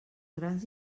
grans